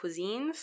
cuisines